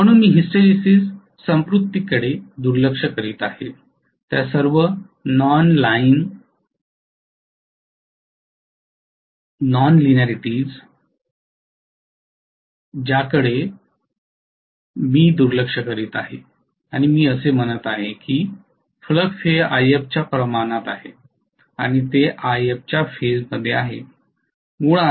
म्हणून मी हिस्टरेसिस संतृप्तिकडे दुर्लक्ष करीत आहे त्या सर्व नॉनलाइनॅरिटीजकडे ज्याकडे मी दुर्लक्ष करीत आहे आणि मी असे म्हणत आहे की फ्लक्स हे If च्या प्रमाणात आहे आणि ते If च्या फेजमध्ये आहे